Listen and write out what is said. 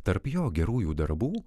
tarp jo gerųjų darbų